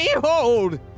Behold